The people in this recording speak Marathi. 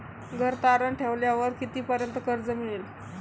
घर तारण ठेवल्यावर कितीपर्यंत कर्ज मिळेल?